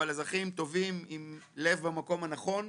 אבל אזרחים טובים אבל עם לב במקום הנכון.